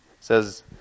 says